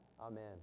Amen